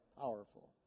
powerful